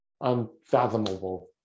unfathomable